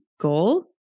goal